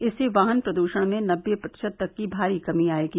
इससे वाहन प्रदरण में नब्बे प्रतिशत तक की भारी कमी आयेगी